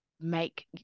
make –